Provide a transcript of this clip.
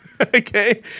Okay